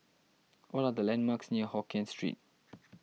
what are the landmarks near Hokien Street